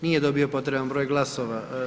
Nije dobio potreban broj glasova.